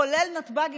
כולל נתב"ג,